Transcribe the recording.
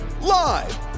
live